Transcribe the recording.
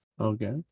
okay